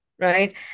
right